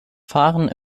fahren